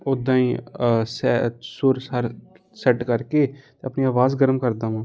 ਉੱਦਾਂ ਹੀ ਸਹਿ ਸੁਰ ਸਰ ਸੈਟ ਕਰਕੇ ਆਪਣੀ ਆਵਾਜ਼ ਗਰਮ ਕਰਦਾ ਹਾਂ